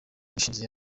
bwishingizi